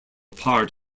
part